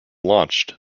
launched